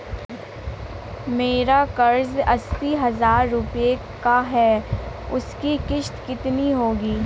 मेरा कर्ज अस्सी हज़ार रुपये का है उसकी किश्त कितनी होगी?